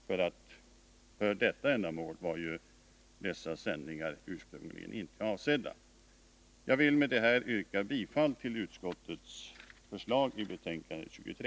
För detta ändamål var dessa sändningar ursprungligen inte avsedda. Jag vill med det anförda yrka bifall till kulturutskottets förslag i dess betänkande 23.